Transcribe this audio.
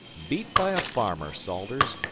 beat by a farmer, salters.